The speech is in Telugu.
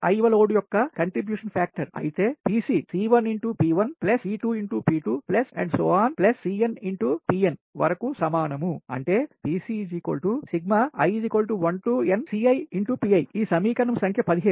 Cn x Pn వరకు సమానం అంటే ఈ సమీకరణం సంఖ్య 15